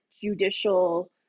judicial